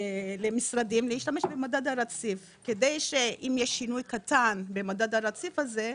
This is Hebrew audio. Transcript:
למשרדים להשתמש במדד הרציף כדי שאם יש שינוי קטן במדד הרציף הזה,